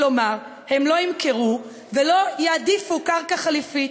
כלומר הם לא ימכרו ולא יעדיפו קרקע חלופית.